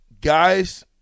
guys